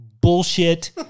bullshit